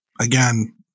again